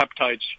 peptides